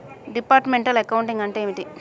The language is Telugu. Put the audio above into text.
డిపార్ట్మెంటల్ అకౌంటింగ్ అంటే ఏమిటి?